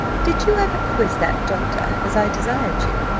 did you ever quiz that doctor, as i desired you?